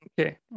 Okay